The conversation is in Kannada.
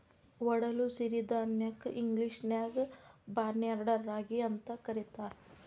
ಒಡಲು ಸಿರಿಧಾನ್ಯಕ್ಕ ಇಂಗ್ಲೇಷನ್ಯಾಗ ಬಾರ್ನ್ಯಾರ್ಡ್ ರಾಗಿ ಅಂತ ಕರೇತಾರ